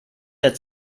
der